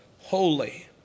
holy